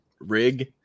rig